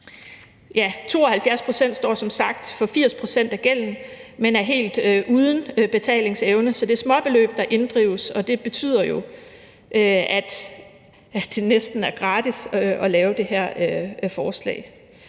72 pct. står som sagt for 80 pct. af gælden, men er helt uden betalingsevne, så det er småbeløb, der inddrives, og det betyder jo, at det næsten er gratis at lave det her forslag.